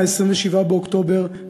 27 באוקטובר,